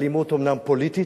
אלימות אומנם פוליטית,